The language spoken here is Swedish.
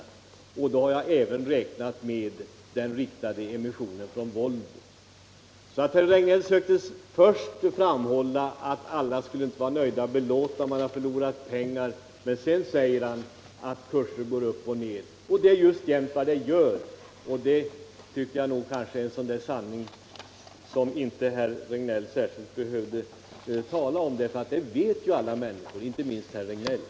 Men jag kan trösta herr Regnéll med att fjärde fondens aktieportfölj för 14 dagar sedan var uppe i ett värde som var tämligen exakt lika med inköpsvärdet, och då har jag även räknat med den riktade emissionen från Volvo.